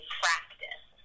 practice